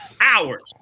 hours